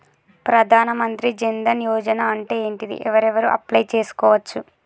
ప్రధాన మంత్రి జన్ ధన్ యోజన అంటే ఏంటిది? ఎవరెవరు అప్లయ్ చేస్కోవచ్చు?